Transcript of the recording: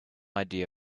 idea